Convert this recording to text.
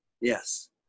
Yes